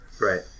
Right